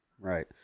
right